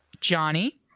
Johnny